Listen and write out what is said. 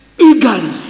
eagerly